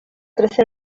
trece